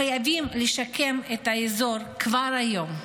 חייבים לשקם את האזור כבר היום.